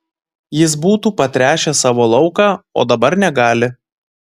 jis būtų patręšęs savo lauką o dabar negali